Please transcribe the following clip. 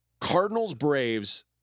Cardinals-Braves